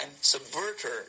subverter